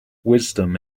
wisdom